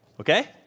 Okay